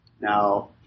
Now